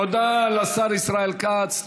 תודה לשר ישראל כץ.